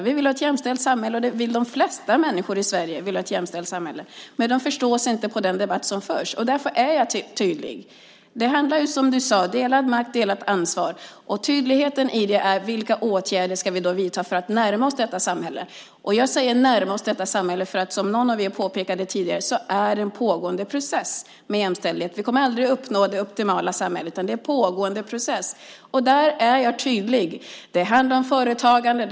Vi vill ha ett jämställt samhälle, och de flesta människor i Sverige vill ha ett jämställt samhälle, men de förstår sig inte på den debatt som förs. Därför är jag tydlig. Som du sade handlar det om delad makt och delat ansvar. Tydligheten handlar om vilka åtgärder vi ska vidta för att närma oss detta samhälle. Jag säger "närma oss detta samhälle", för som någon av er påpekade tidigare är jämställdhet en pågående process. Vi kommer aldrig att uppnå det optimala samhället, utan det är en pågående process. Här är jag tydlig: Det handlar om företagande.